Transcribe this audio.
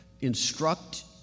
instruct